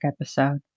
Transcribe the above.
episode